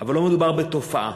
אבל לא מדובר בתופעה.